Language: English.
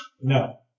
No